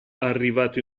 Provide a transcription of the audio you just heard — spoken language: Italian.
arrivato